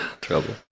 trouble